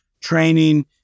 training